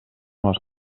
les